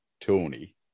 Tony